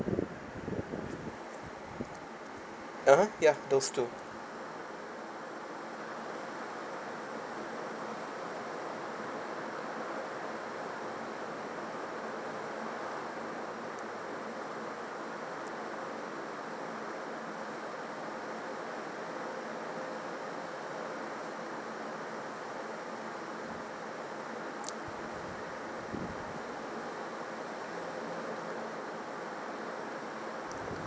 (uh huh) ya those two